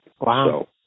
Wow